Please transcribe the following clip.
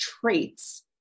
traits